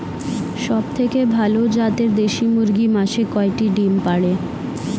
সবথেকে ভালো জাতের দেশি মুরগি মাসে কয়টি ডিম পাড়ে?